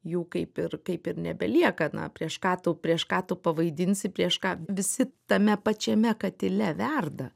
jų kaip ir kaip ir nebelieka na prieš ką tu prieš ką tu pavadinsi prieš ką visi tame pačiame katile verda